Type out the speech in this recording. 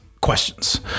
questions